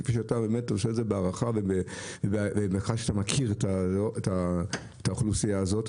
כפי שאתה באמת עושה את זה בהערכה וכאחד שמכיר את האוכלוסייה הזאת,